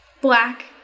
Black